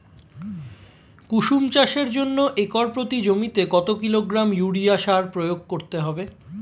কুসুম চাষের জন্য একর প্রতি জমিতে কত কিলোগ্রাম ইউরিয়া সার প্রয়োগ করতে হবে?